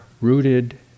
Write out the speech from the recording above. rooted